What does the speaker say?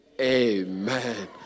Amen